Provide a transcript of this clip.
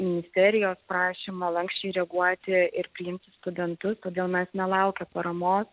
ministerijos prašymą lanksčiai reaguoti ir priimti studentus todėl mes nelaukę paramos